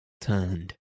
turned